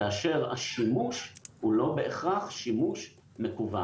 כאשר השימוש הוא לא בהכרח שימוש מקוון,